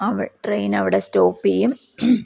അവ ട്രെയിനവിടെ സ്റ്റോപ്പ് ചെയ്യും